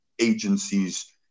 agencies